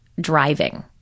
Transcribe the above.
driving